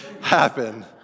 happen